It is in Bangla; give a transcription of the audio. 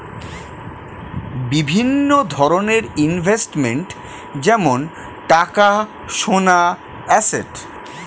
বিভিন্ন ধরনের ইনভেস্টমেন্ট যেমন টাকা, সোনা, অ্যাসেট